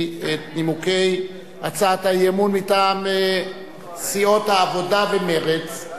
את נימוקי הצעת האי-אמון מטעם סיעות העבודה ומרצ.